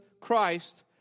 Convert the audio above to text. Christ